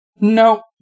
no